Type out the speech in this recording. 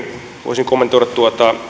voisin kommentoida tuota